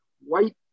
white